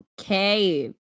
Okay